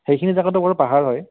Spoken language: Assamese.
সেইখিনি জেগাটো বাৰু পাহাৰ হয়